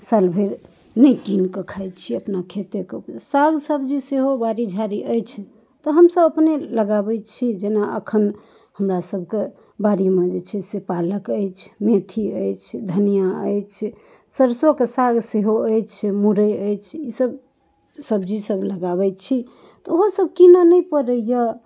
साल भरि नहि कीन कऽ खाइ छियै अपना खेतेके उपज साग सब्जी सेहो बारी झाड़ी अछि तहन हमसब अपने लगाबै छी जेना अखन हमरा सबके बारीमे जे छै पालक अछि मेथी अछि धनिआ अछि सरिसोके साग सेहो अछि मुरै अछि ईसब सब्जी सब लगाबै छी तऽ ओहो सब कीनऽ नहि पड़ैय